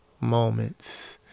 moments